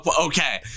Okay